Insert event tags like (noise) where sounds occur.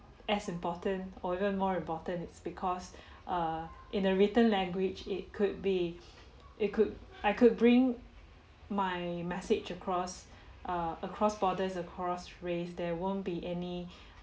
as important or even more important it's because (breath) uh in a written language it could be it could I could bring my message across err across borders across race there won't be any